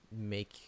make